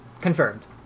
Confirmed